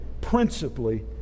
principally